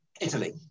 Italy